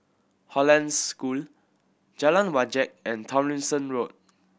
Hollandse School Jalan Wajek and Tomlinson Road